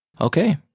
Okay